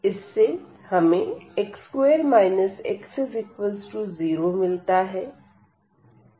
इससे हमें x2 x0 मिलता है